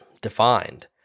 Defined